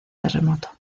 terremoto